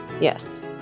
Yes